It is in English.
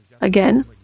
Again